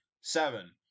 seven